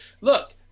Look